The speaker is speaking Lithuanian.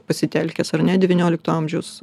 pasitelkęs ar ne devyniolikto amžiaus